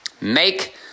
make